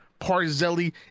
parzelli